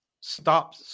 stop